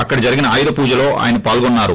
అక్కడ జరిగిన ఆయుధ పూజలో ఆయన పాల్గొన్నారు